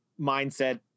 mindset